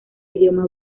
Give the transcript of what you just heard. idioma